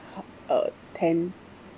uh ten